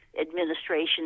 administration